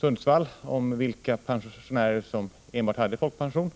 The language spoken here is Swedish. Sundsvall om vilka pensionärer som hade enbart folkpension. Vpk